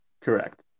Correct